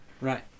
Right